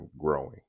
growing